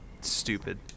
stupid